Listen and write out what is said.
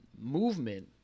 movement